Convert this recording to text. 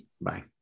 Bye